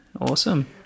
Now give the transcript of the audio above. Awesome